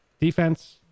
defense